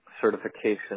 certification